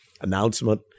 announcement